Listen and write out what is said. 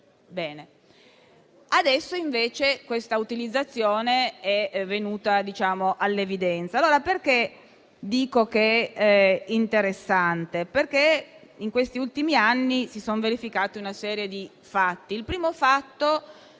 Adesso invece questa utilizzazione è venuta all'evidenza. Perché dico che è interessante? Perché in questi ultimi anni si sono verificati una serie di fatti. Il primo fatto